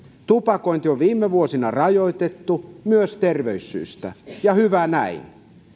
tupakointia on viime vuosina rajoitettu terveyssyistä ja hyvä näin